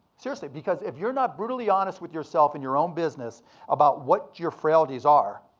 seriously, because if you're not brutally honest with yourself in your own business about what your frailties are,